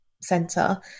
center